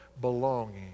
Belonging